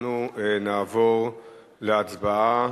אנחנו נעבור להצבעה.